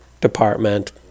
department